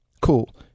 Cool